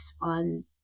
on